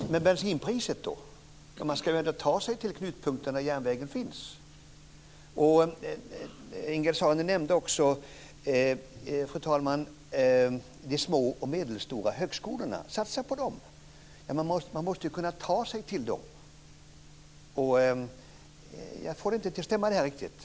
Fru talman! Det må så vara, men hur är det med bensinpriset? Man ska ändå ta sig till de knutpunkter där järnvägen finns. Ingegerd Saarinen nämnde också de små och medelstora högskolorna, och hon sade att vi skulle satsa på dem. Man måste kunna ta sig till dem också. Jag får det inte riktigt att stämma.